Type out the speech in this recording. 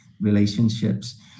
relationships